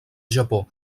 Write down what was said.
japó